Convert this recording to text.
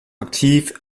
aktiv